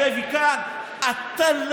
הממשלות הכי קטנות היו בעצם אצלנו,